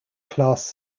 class